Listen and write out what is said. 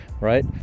right